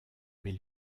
mais